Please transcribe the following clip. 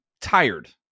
tired